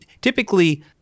typically